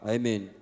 Amen